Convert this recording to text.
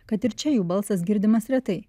kad ir čia jų balsas girdimas retai